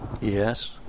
yes